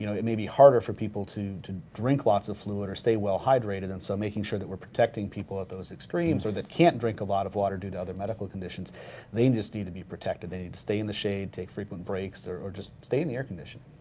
you know it may be harder for people to to drink lots of fluid or stay well hydrated then so making sure that we're protecting people at those extremes or that can't drink a lot of water due to other medical conditions they just need to be protected, they need to stay in the shade, take frequent breaks or or just stay in the air conditioning.